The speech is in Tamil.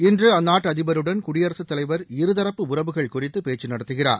இன்று அந்நாட்டு அதிபருடன் குடியரசுத்தலைவர் இருதரப்பு உறவுகள் குறித்து பேச்சு நடத்துகிறார்